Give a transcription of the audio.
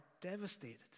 devastated